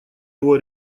его